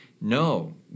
No